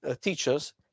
teachers